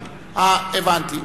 הבנתי.